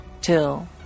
till